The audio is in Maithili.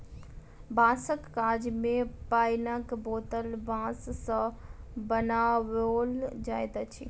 बाँसक काज मे पाइनक बोतल बाँस सॅ बनाओल जाइत अछि